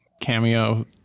cameo